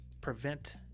prevent